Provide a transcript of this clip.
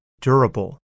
durable